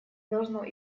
должно